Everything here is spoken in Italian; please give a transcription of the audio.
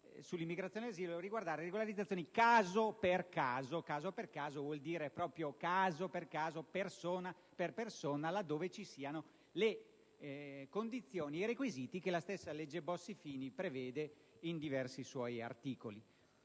sull'immigrazione e asilo - regolarizzazioni caso per caso, che vuol dire proprio persona per persona, laddove ci siano le condizioni e i requisiti che la stessa legge Bossi-Fini prevede in diversi suoi articoli.